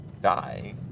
die